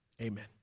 amen